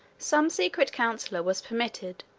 some secret counsellor was permitted,